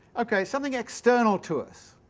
ok, something external to us